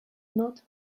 not